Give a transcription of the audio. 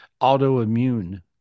autoimmune